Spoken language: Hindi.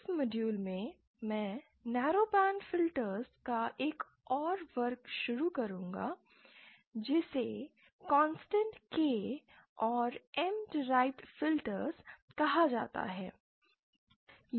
इस मॉड्यूल में मैं नैरोबैंड फिल्टर्स का एक और वर्ग शुरू करूंगा जिसे कॉन्स्टेंट K और M derived filter M derived filters कहा जाता है